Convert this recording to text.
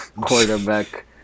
quarterback